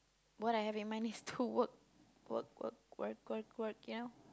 what I have in mind is to work work work work work work you know